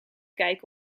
kijken